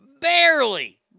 Barely